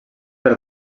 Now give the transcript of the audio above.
per